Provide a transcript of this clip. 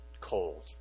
cold